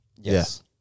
Yes